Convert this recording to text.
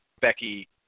Becky